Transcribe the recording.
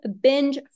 binge